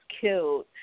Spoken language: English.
killed